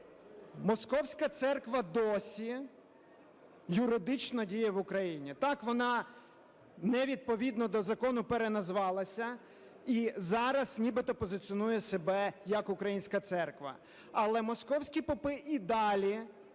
московська церква досі юридично діє в Україні. Так, вона не відповідно до закону переназвалася і зараз нібито позиціонує себе як українська церква. Але московські попи і далі